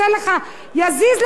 יזיז לך משהו,